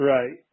Right